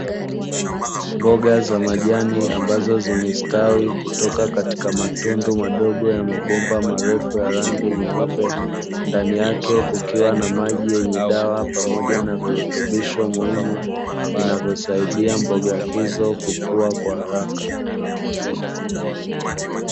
Mboga za majani ambazo zimestawi kutoka katika matundu madogo ya mabomba marefu ya rangi nyeupe, ndani yake kukiwa na maji yenye dawa, pamoja na virutubisho muhimu vinavyosaidia mboga hizo kukua kwa haraka.